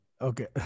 Okay